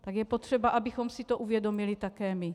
Tak je potřeba, abychom si to uvědomili také my.